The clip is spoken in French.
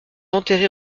enterrée